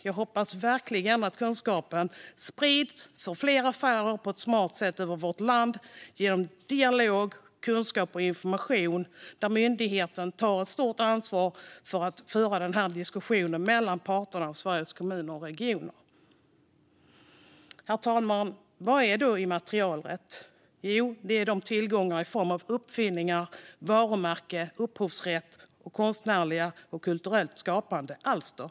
Jag hoppas verkligen att kunskapen sprids för fler affärer på ett smart sätt över vårt land genom dialog, kunskap och information, vilket innebär att myndigheten tar ett stort ansvar för att föra diskussionen mellan parterna och Sveriges Kommuner och Regioner. Herr talman! Vad är då immaterialrätt? Jo, det är de tillgångar som finns i form av uppfinningar, varumärke, upphovsrätt, konstnärligt och kulturellt skapade alster.